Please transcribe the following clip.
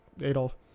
Adolf